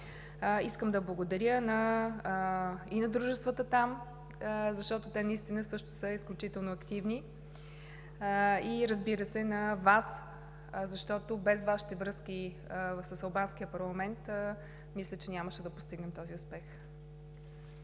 Искам да благодаря и на дружествата там, защото те наистина също са изключително активни, и разбира се, на Вас, защото без Вашите връзки с албанския парламент, мисля, че нямаше да постигнем този успех.